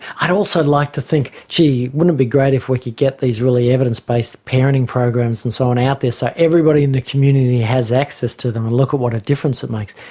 i'd also like to think, gee, wouldn't it be great if we could get these really evidence-based parenting programs and so on out there so everybody in the community has access to them, and look at what a difference it makes.